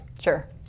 Sure